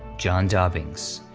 john dobbings,